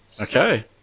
Okay